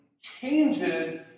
changes